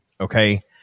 Okay